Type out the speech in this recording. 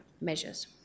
measures